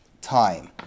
time